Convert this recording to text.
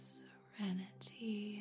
serenity